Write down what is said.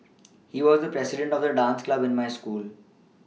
he was the president of the dance club in my school